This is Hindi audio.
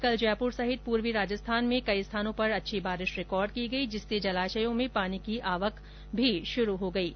कल जयपुर सहित पूर्वी राजस्थान में कई स्थानों पर अच्छी बारिश रिकॉर्ड की गई जिससे जलाशयों में पानी की आवक भी शुरू हो गई है